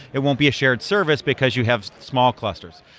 it won't be a shared service because you have small clusters,